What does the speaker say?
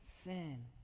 sin